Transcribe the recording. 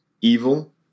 evil